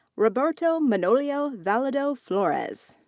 roberto manolio valladao flores.